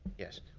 yes,